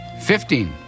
Fifteen